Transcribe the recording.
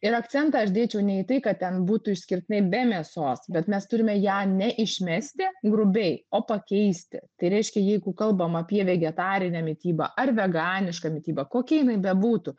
ir akcentą aš dėčiau ne į tai kad ten būtų išskirtinai be mėsos bet mes turime ją ne išmesti grubiai o pakeisti tai reiškia jeigu kalbam apie vegetarinę mitybą ar veganišką mitybą kokia jinai bebūtų